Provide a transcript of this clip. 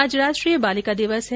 आज राष्ट्रीय बालिका दिवस है